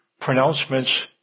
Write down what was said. pronouncements